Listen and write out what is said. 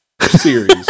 series